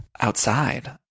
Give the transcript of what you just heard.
outside